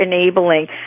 enabling